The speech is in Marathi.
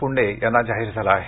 पुंडे यांना जाहीर झाला आहे